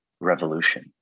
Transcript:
revolution